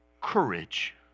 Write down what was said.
courage